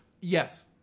Yes